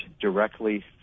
directly